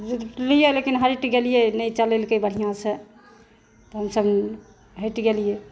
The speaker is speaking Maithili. जुटलियै लेकिन हटि गेलियै नहि चलेलकै बढ़िआँसॅं तऽ हमसभ हटि गेलियै